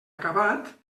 acabat